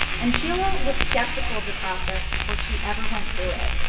and sheila was skeptical of the process before she ever went through it.